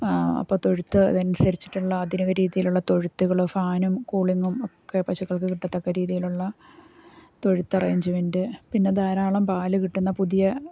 അപ്പം തൊഴുത്ത് അതിനനുസരിച്ചിട്ടുള്ള ആധുനിക രീതിയിലുള്ള തൊഴുത്തുകൾ ഫാനും കൂളിങ്ങും ഒക്കെ പശുക്കൾക്ക് കിട്ടത്തക്ക രീതിയിലുള്ള തൊഴുത്തറേഞ്ച്മെൻറ്റ് പിന്നെ ധാരാളം പാല് കിട്ടുന്ന പുതിയ